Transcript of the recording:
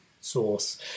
source